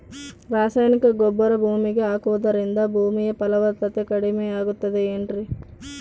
ರಾಸಾಯನಿಕ ಗೊಬ್ಬರ ಭೂಮಿಗೆ ಹಾಕುವುದರಿಂದ ಭೂಮಿಯ ಫಲವತ್ತತೆ ಕಡಿಮೆಯಾಗುತ್ತದೆ ಏನ್ರಿ?